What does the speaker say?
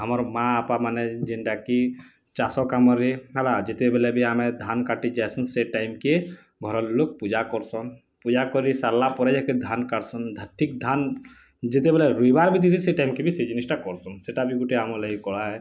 ଆମର୍ ମାଆ ବାପାମାନେ ଯେନ୍ତା କି ଚାଷ କାମରେ ହେଲା ଯେତେବେଲେ ବି ଆମେ ଧାନ୍ କାଟି ଯାସନ୍ ସେ ଟାଇମ୍କେ ଘର ଲୋକ୍ ପୂଜା କରୁଁସନ୍ ପୂଜା କରି ସାରିଲା ପରେ ଯାଇ କିରି ଧାନ୍ କାଟ୍ସନ୍ ଠିକ୍ ଧାନ୍ ଯେତେବେଲେ ରୁଇବାରେ ବାଜିଛେ ସେ ଟାଇମ୍ କେ ସେ ଜିନିଷ୍ଟା କରୁଁସନ୍ ସେଇଟା ବି ଆମ ଲାଗି କଳା ହେ